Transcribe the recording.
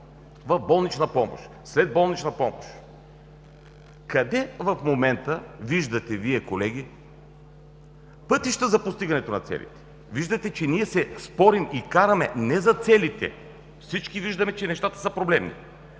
в болнична помощ, в следболнична помощ. Къде в момента Вие виждате, колеги, пътища за постигане на целите? Виждате, че ние спорим и се караме не за целите, всички виждаме, че нещата са проблемни